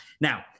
now